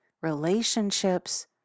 relationships